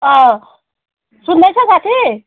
सुन्दैछ साथी